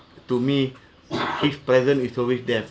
to me his presence is always there